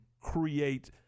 create